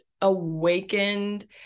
awakened